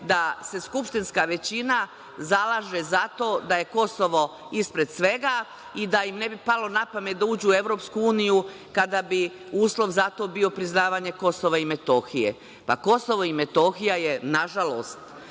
da se skupštinska većina zalaže za to da je Kosovo ispred svega i da im ne bi palo na pamet da uđu u EU kada bi uslov za to bio priznavanje Kosova i Metohije. Kosovo i Metohija je, nažalost,